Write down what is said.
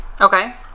Okay